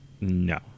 no